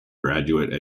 graduate